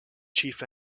chief